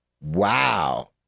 Wow